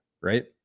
right